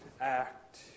act